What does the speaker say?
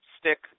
stick